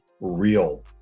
real